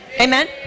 Amen